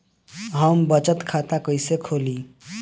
हम बचत खाता कइसे खोलीं?